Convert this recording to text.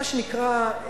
מה שנקרא,